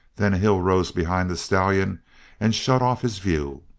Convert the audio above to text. then a hill rose behind the stallion and shut off his view.